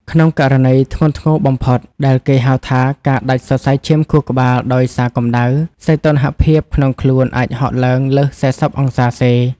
ក្នុងករណីធ្ងន់ធ្ងរបំផុត ដែលគេហៅថាការដាច់សរសៃឈាមខួរក្បាលដោយសារកម្ដៅ សីតុណ្ហភាពក្នុងខ្លួនអាចហក់ឡើងលើស ៤០ អង្សាសេ។